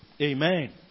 Amen